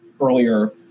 earlier